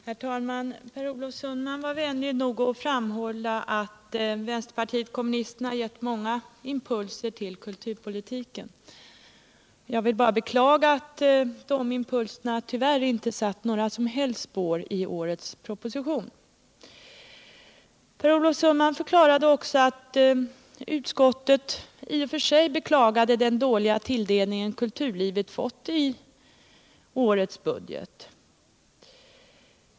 Herr talman! Per Olof Sundman var vänlig nog att framhålla att vänsterpartiet kommunisterna har givit många impulser till kulturpolitiken. Jag vill bara beklaga att de impulserna tyvärr inte har satt några som helst spår i årets proposition. Per Olof Sundman förklarade också att utskottet i och för sig beklagade den dåliga tilldelning som kulturlivet har fått i årets budget.